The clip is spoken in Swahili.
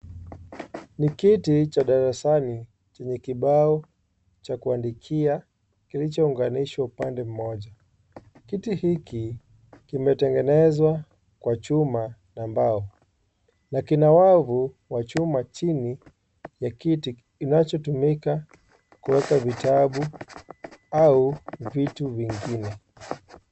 Ni kiti cha darasani chenye kibao cha kuandikia kilichounganishwa upande mmoja kiti hiki kimetengenezwa kwa chuma na mbao na kina wavu wa chuma chini ya kiti inachotumika kueka vitabu au vitu vingine.